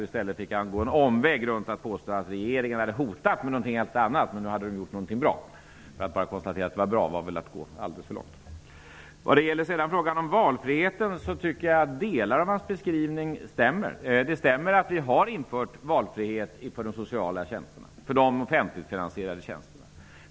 I stället gick han en omväg runt det genom att påstå att regeringen hade hotat med någonting helt annat men att den nu hade gjort någonting bra. Att bara konstatera att det var bra hade väl varit att gå alldeles för långt! När det sedan gäller frågan om valfriheten tycker jag att delar av hans beskrivning stämmer. Det stämmer att vi har infört valfrihet för de offentligfinansierade sociala tjänsterna.